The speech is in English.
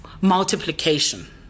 multiplication